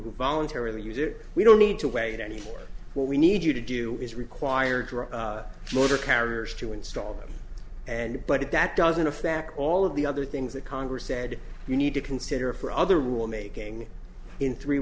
who voluntarily use it we don't need to wait any what we need you to do is require drug border carriers to install them and but if that doesn't affect all of the other things that congress said you need to consider for other rulemaking in three